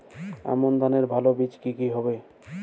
আমান ধানের ভালো বীজ কি কি হবে?